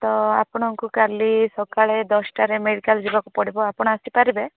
ତ ଆପଣଙ୍କୁ କାଲି ସକାଳେ ଦଶଟାରେ ମେଡିକାଲ୍ ଯିବାକୁ ପଡ଼ିବ ଆପଣ ଆସିପାରିବେ